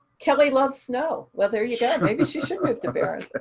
kelly loves snow. well there you go, maybe she should move to behrend.